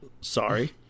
sorry